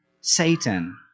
Satan